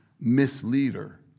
misleader